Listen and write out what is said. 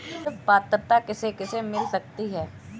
ऋण पात्रता किसे किसे मिल सकती है?